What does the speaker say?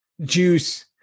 Juice